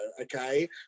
okay